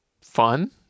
fun